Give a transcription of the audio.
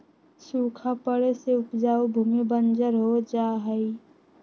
सूखा पड़े से उपजाऊ भूमि बंजर हो जा हई